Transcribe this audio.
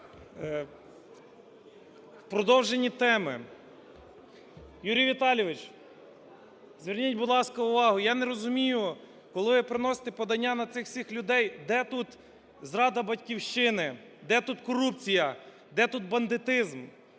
продовження теми. Юрій Віталійович, зверніть, будь ласка, увагу, я не розумію, коли ви приносите подання на цих всіх людей, де тут зрада Батьківщині, де тут корупція, де тут бандитизм,